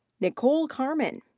nicole carman.